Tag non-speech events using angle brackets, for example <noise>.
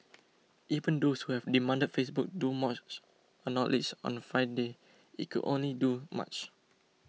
even those who have demanded Facebook do more <noise> acknowledged on Friday it could only do much